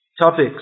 topics